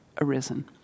arisen